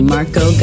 Marco